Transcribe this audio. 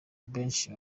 benshi